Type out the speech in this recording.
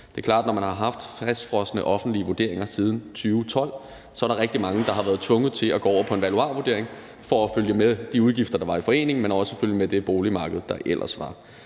Det er klart, at når man har haft fastfrosne offentlige vurderinger siden 2012, er der rigtig mange, der har været tvunget til at gå over på en valuarvurdering for at følge med de udgifter, der var i foreningen, men også følge med det boligmarked, der ellers var.